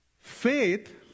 Faith